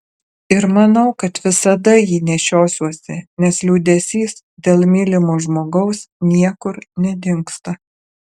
ir manau kad visada jį nešiosiuosi nes liūdesys dėl mylimo žmogaus niekur nedingsta